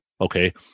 okay